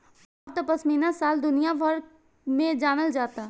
अब त पश्मीना शाल दुनिया भर में जानल जाता